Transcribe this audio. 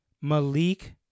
Malik